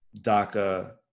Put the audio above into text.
DACA